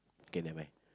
okay never mind